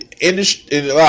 industry